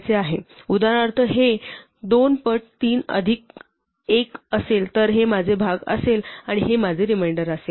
उदाहरणार्थ हे 2 पट 3 अधिक 1 असेल तर हे माझे भाग असेल आणि हे माझे रिमेंडर असेल